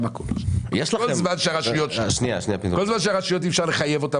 כל זמן שאי אפשר לחייב את הרשויות,